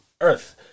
earth